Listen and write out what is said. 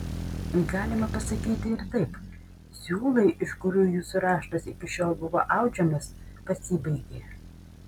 galima pasakyti ir taip siūlai iš kurių jūsų raštas iki šiol buvo audžiamas pasibaigė